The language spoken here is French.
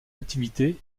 activités